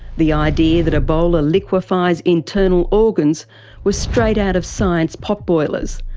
the idea that ebola liquefies internal organs was straight out of science potboilers.